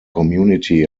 community